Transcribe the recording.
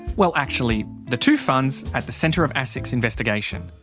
well actually the two funds, at the centre of asic's investigation.